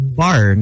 bar